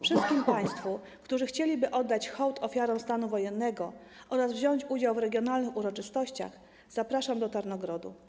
Wszystkich państwa, którzy chcieliby oddać hołd ofiarom stanu wojennego oraz wziąć udział w regionalnych uroczystościach, zapraszam do Tarnogrodu.